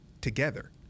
together